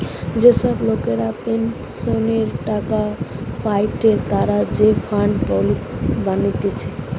যে সব লোকরা পেনসনের টাকা পায়েটে তারা যে ফান্ড বানাতিছে